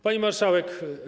Pani Marszałek!